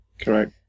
Correct